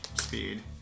speed